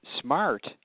smart